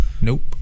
Nope